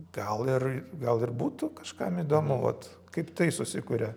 gal ir gal ir būtų kažkam įdomu vat kaip tai susikuria